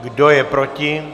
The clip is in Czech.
Kdo je proti?